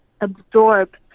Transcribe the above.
absorb